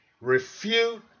refute